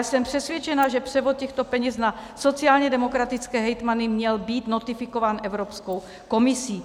Jsem přesvědčena, že převod těchto peněz na sociálně demokratické hejtmany měl být notifikován Evropskou komisí.